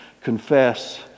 confess